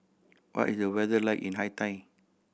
what is the weather like in Haiti